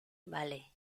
vale